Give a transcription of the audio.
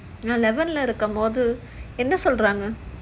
eleven இருக்கும் போது என்ன சொல்றாங்க:irukum pothu enna solranga